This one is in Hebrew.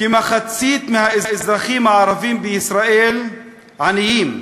כמחצית מהאזרחים הערבים בישראל עניים,